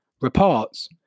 Reports